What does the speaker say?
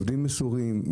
מסורים,